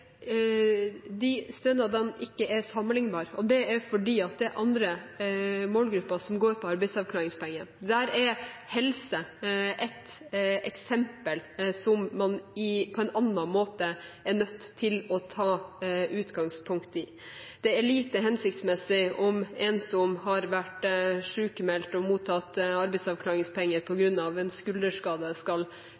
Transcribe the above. stønadene ikke er sammenlignbare, og det er fordi det er andre målgrupper som går på arbeidsavklaringspenger. Der er helse et eksempel som man på en annen måte er nødt til å ta utgangspunkt i. Det er lite hensiktsmessig at en som har vært sykmeldt og mottatt arbeidsavklaringspenger på grunn av en skulderskade, skal